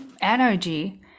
energy